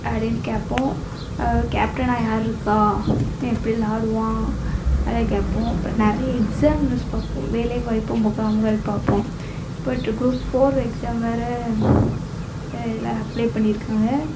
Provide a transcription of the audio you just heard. அப்படின்னு கேட்போம் கேப்டனாக யார் இருக்கா எப்படி விளாடுவான் அதை கேட்போம் அப்புறோம் நிறைய எக்ஸாம் நியூஸ் பார்ப்போம் வேலை வாய்ப்பு முகாம்கள் பார்ப்போம் இப்போ டூ க்ரூப் ஃபோர் எக்ஸாம் வேற எல்லாரும் அப்ளே பண்ணியிருக்காங்க